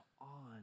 on